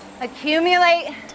Accumulate